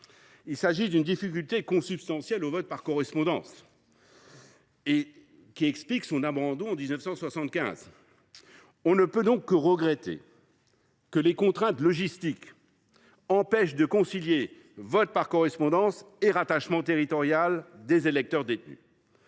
Cette difficulté est consubstantielle au vote par correspondance, ce qui explique qu’il ait été abandonné en 1975. On ne peut que regretter que des contraintes logistiques empêchent de concilier le vote par correspondance et le rattachement territorial des électeurs détenus.